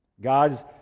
God's